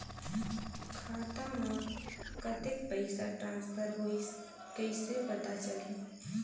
खाता म कतेक पइसा ट्रांसफर होईस कइसे पता चलही?